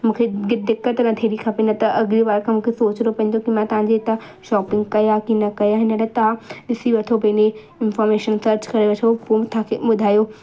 मूंखे गि दिक़त न थियणी खपे न त अॻिली बार खां मूंखे सोचिणो पवंदो की मां तव्हांजे हितां शॉपिंग कयां की न कयां हिन लाइ तव्हां ॾिसी वठो पंहिंजी इंफॉर्मेशन सर्च करे वठो पोइ मूंखे ॿुधायो